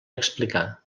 explicar